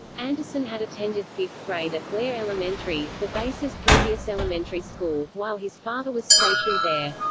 anderson had attended fifth grade at blair elementary, the base's previous elementary school, while his father was stationed there.